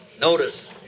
notice